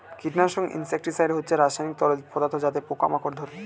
কীটনাশক ইনসেক্টিসাইড হচ্ছে রাসায়নিক তরল পদার্থ যাতে পোকা মাকড় মারে